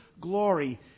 glory